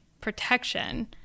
protection